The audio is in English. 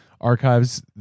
archives